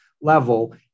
level